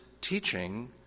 teaching